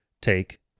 Take